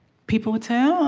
people would say, um